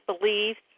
beliefs